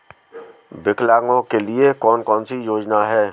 विकलांगों के लिए कौन कौनसी योजना है?